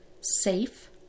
safe